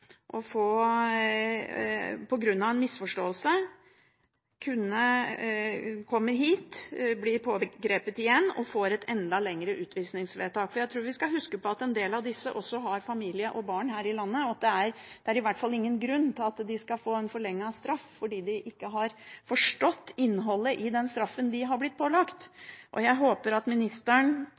og få et utvisningsvedtak med enda lengre varighet. Vi skal huske på at en del av disse også har familie og barn her i landet, og det er i hvert fall ingen grunn til at de skal få en forlenget straff fordi de ikke har forstått innholdet i den straffen de har blitt pålagt. Jeg håper at